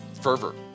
fervor